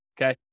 okay